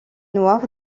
noir